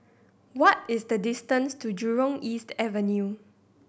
what is the distance to Jurong East Avenue